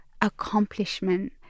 accomplishment